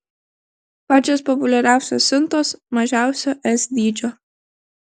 pačios populiariausios siuntos mažiausio s dydžio